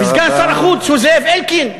וסגן שר החוץ הוא זאב אלקין?